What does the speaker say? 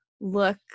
look